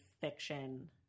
fiction